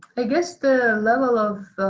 i guess the level of